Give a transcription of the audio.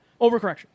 Overcorrection